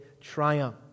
triumph